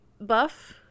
Buff